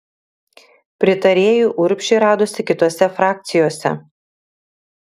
pritarėjų urbšiui radosi kitose frakcijose